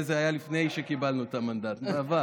אז אולי זה היה לפני שקיבלנו את המנדט, בעבר.